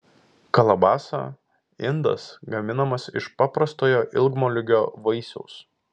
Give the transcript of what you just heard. kalabasa indas gaminamas iš paprastojo ilgmoliūgio vaisiaus